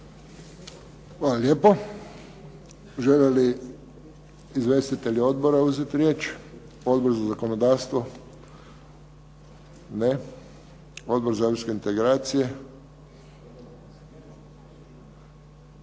Hvala lijepo. Žele li izvjestitelji odbora uzeti riječ? Odbor za zakonodavstvo? Ne. Odbor za europske integracije?